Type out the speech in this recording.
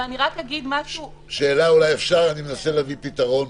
אולי אפשר שאלה, אני מנסה להביא פתרון,